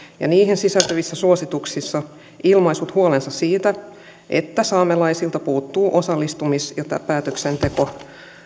ja niihin sisältyvissä suosituksissa ilmaissut huolensa siitä että saamelaisilta puuttuu osallistumis ja päätöksentekovalta